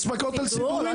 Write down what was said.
יש בכותל סידורים.